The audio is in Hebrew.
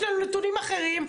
יש לנו נתונים אחרים,